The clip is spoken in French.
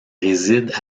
résident